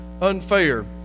unfair